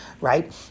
right